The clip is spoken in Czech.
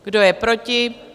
Kdo je proti?